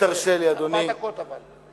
ארבע דקות אבל.